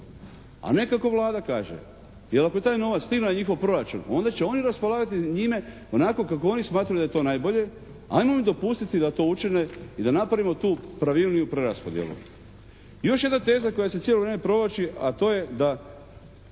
a ne kako Vlada kaže jer ako taj novac …/Govornik se ne razumije./… njihov proračun onda će oni raspolagati njime onako kako oni smatraju da je to najbolje. Ajmo im dopustiti da to učine i da napravimo tu pravilniju preraspodjelu. Još jedna teza koja se cijelo provlači, a to je da